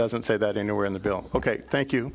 doesn't say that anywhere in the bill ok thank you